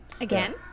Again